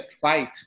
fight